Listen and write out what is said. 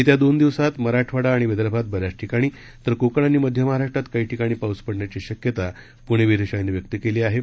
येत्या दोन दिवसात मराठवाडा आणि विदर्भात बऱ्याच ठिकाणी तर कोकण आणि मध्य महाराष्ट्रात काही ठिकाणी पाऊस पडण्याची शक्यता हवामान विभागानं व्यक्त केली आहे